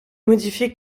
modifié